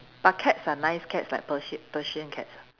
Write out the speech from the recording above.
but cats are nice cats like Persian Persian cats